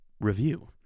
review